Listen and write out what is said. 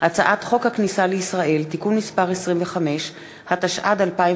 התשע"ד (25 בפברואר